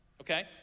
okay